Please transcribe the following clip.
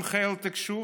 עם חיל התקשוב,